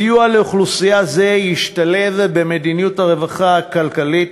סיוע לאוכלוסייה זו ישתלב במדיניות הרווחה הכלכלית,